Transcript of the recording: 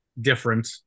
different